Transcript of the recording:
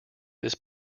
this